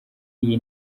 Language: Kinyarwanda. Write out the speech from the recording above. iyi